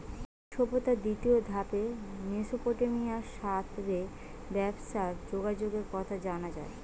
সিন্ধু সভ্যতার দ্বিতীয় ধাপে মেসোপটেমিয়ার সাথ রে ব্যবসার যোগাযোগের কথা জানা যায়